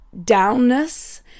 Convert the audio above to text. downness